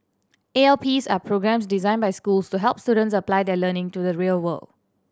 A L Ps are programmes designed by schools to help students apply their learning to the real world